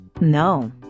No